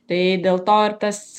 tai dėl to ir tas